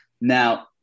Now